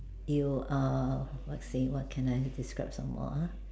you are what say what can I describe some more uh